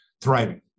thriving